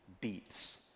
beats